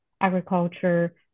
agriculture